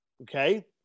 Okay